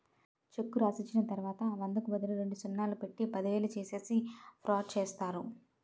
చెక్కు రాసిచ్చిన తర్వాత వందకు బదులు రెండు సున్నాలు పెట్టి పదివేలు చేసేసి ఫ్రాడ్ చేస్తారు